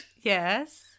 Yes